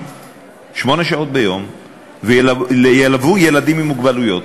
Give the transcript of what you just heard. שמונה שעות ביום וילוו ילדים עם מוגבלויות.